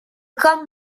kan